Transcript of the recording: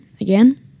again